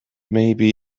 maybe